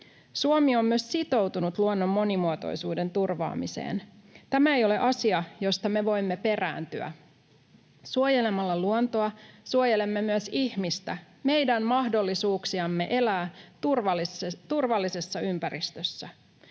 Suomi on myös sitoutunut luonnon monimuotoisuuden turvaamiseen. Tämä ei ole asia, josta me voimme perääntyä. Suojelemalla luontoa suojelemme myös ihmistä, meidän mahdollisuuksiamme elää turvallisessa ympäristössä.